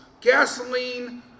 gasoline